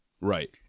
Right